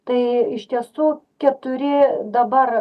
tai iš tiesų keturi dabar